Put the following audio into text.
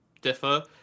differ